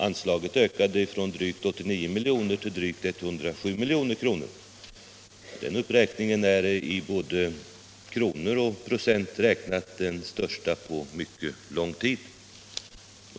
Anslaget ökade från drygt 89 miljoner till drygt 107 milj.kr. Den uppräkningen är i både kronor och procent räknat den största på mycket lång tid.